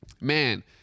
man